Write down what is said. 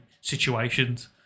situations